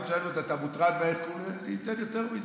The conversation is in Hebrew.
אתה שואל אם אתה מוטרד, אני אתן יותר מזה,